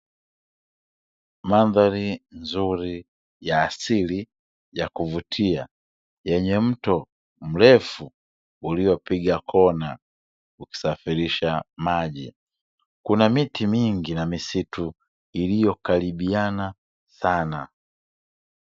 Mandhari nzuri ya asili ya kuvutia yenye mto mrefu uliopiga kona ukisafirisha maji. Kuna miti mingi na misitu iliyokaribiana sana.